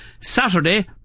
Saturday